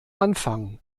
anfang